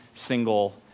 single